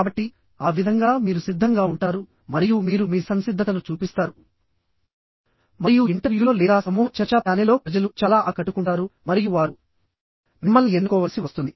కాబట్టిఆ విధంగా మీరు సిద్ధంగా ఉంటారు మరియు మీరు మీ సంసిద్ధతను చూపిస్తారు మరియు ఇంటర్వ్యూలో లేదా సమూహ చర్చా ప్యానెల్లో ప్రజలు చాలా ఆకట్టుకుంటారు మరియు వారు మిమ్మల్ని ఎన్నుకోవలసి వస్తుంది